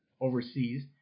overseas